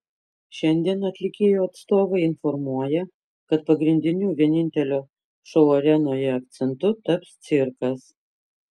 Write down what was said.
šiandien atlikėjo atstovai informuoja kad pagrindiniu vienintelio šou arenoje akcentu taps cirkas